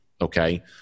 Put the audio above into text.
Okay